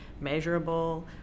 measurable